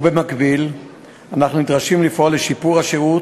ובמקביל אנחנו נדרשים לפעול לשיפור השירות